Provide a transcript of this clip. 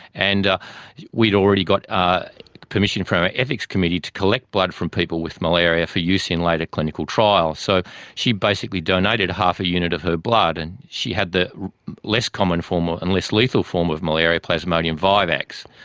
and ah we had already got permission from our ethics committee to collect blood from people with malaria for use in later clinical trials. so she basically donated half a unit of her blood. and she had the less common ah and less lethal form of malaria, plasmodium vivax.